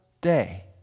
day